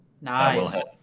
Nice